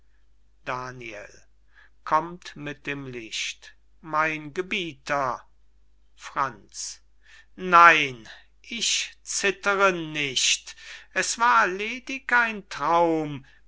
licht mein gebieter franz nein ich zittere nicht es war ledig ein traum